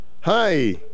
Hi